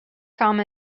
come